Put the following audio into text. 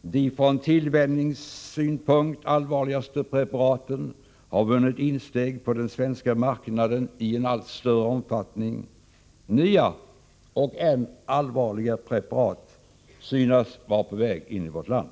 De från tillvänjningssynpunkt allvarligaste preparaten har vunnit insteg på den svenska marknaden i en allt större omfattning. Nya och än allvarligare preparat synes vara på väg in i vårt land.